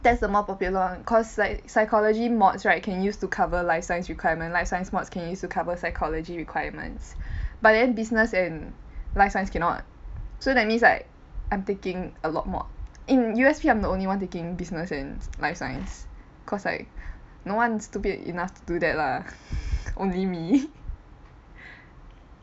that's the more popular one cause like psychology mods right can use to cover life science requirement life science mods can use to cover psychology requirements but then business and life science cannot so that means like I'm taking a lot mod in U_S_P I'm the only one taking business and life science cause like no one is stupid enough to do that lah only me